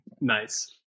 Nice